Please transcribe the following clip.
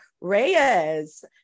reyes